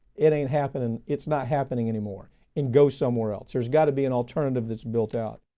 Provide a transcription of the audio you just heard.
it ain't happening. it's not happening anymore and go somewhere else. there's got to be an alternative that's built out.